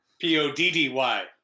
P-O-D-D-Y